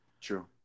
True